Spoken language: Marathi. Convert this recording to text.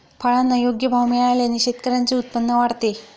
फळांना योग्य भाव मिळाल्याने शेतकऱ्यांचे उत्पन्न वाढते